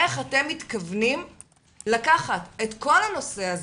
איך אתם מתכוונים לקחת את כל הנושא הזה,